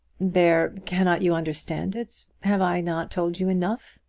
there cannot you understand it? have i not told you enough?